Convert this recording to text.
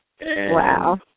Wow